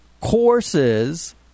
courses